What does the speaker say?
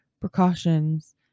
precautions